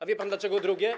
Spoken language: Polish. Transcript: A wie pan, dlaczego drugie?